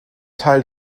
teil